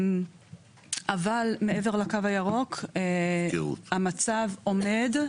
אבל מעבר לקו הירוק, המצב עומד,